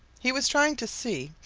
he was trying to see,